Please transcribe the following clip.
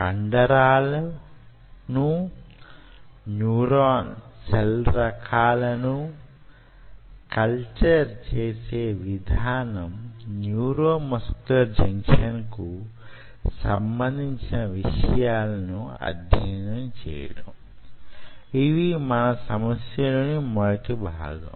కండరాలను neuron cell రకాలను culture చేసే విధానం న్యూరోమస్కులర్ జంక్షన్ కు సంబంధించిన విషయాలను అధ్యయనం చేయడం ఇవి మన సమస్యలోని మొదటి భాగం